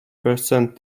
percent